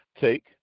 take